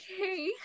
okay